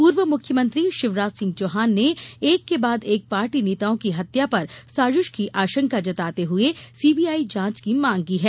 पूर्व मुख्यमंत्री शिवराजसिंह चौहान ने एक के बाद एक पार्टी नेताओं की हत्या पर साजिश की आशंका जताते हुए सीबीआई जांच की मांग की है